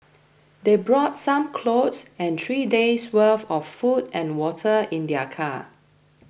they brought some clothes and three days' worth of food and water in their car